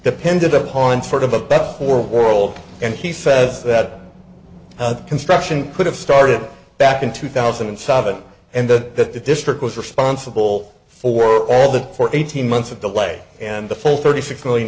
depended upon sort of a battle for world and he says that construction could have started back in two thousand and seven and that the district was responsible for all that for eighteen months of the way and the full thirty six million